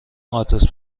آدرس